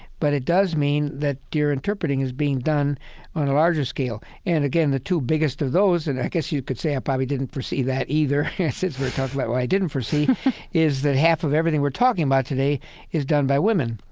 but it does mean that your interpreting is being done on a larger scale and, again, the two biggest of those and i guess you could say i probably didn't foresee that either, since we're talking about what i didn't foresee is that half of everything we're talking about today is done by women.